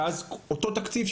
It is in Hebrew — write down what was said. ואותו תקציב,